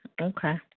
Okay